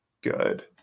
good